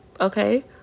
Okay